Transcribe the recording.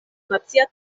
nacia